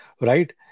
right